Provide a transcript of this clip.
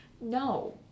no